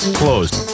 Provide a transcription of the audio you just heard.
closed